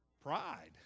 Pride